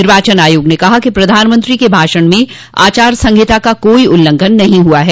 निर्वाचन आयोग ने कहा कि प्रधानमंत्री के भाषण में आचार संहिता का कोई उल्लंघन नहीं हुआ है